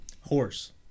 Horse